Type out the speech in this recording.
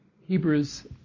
Hebrews